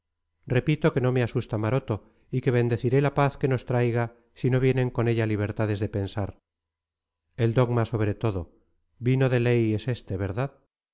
repito que no me asusta maroto y que bendeciré la paz que nos traiga si no vienen con ella libertades de pensar el dogma sobre todo vino de ley es este verdad